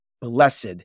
Blessed